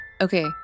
Okay